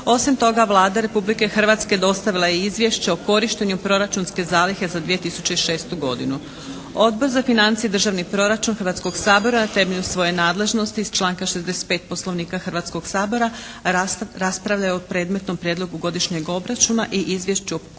Osim toga Vlada Republike Hrvatske dostavila je izvješće o korištenju proračunske zalihe za 2006. godinu. Odbor za financije i državni proračun Hrvatskog sabora na temelju svoje nadležnosti iz članka 65. Poslovnika Hrvatskog sabora raspravljao je o predmetnom prijedlogu godišnjeg obračuna i izvješću o korištenju